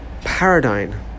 Paradigm